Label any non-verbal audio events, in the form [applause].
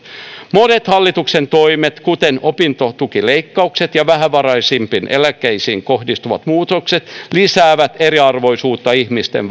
monet hallituksen toimet kuten opintotukileikkaukset ja vähävaraisimpien eläkkeisiin kohdistuvat muutokset lisäävät eriarvoisuutta ihmisten [unintelligible]